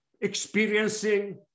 experiencing